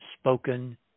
spoken